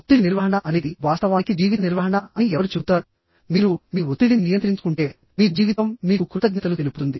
ఒత్తిడి నిర్వహణ అనేది వాస్తవానికి జీవిత నిర్వహణ అని ఎవరు చెబుతారు మీరు మీ ఒత్తిడిని నియంత్రించుకుంటే మీ జీవితం మీకు కృతజ్ఞతలు తెలుపుతుంది